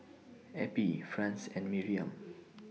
Eppie Franz and Miriam